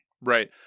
right